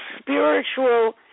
spiritual